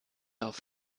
auf